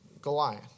Goliath